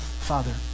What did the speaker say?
Father